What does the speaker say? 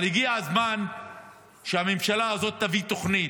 אבל הגיע הזמן שהממשלה הזאת תביא תוכנית,